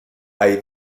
hay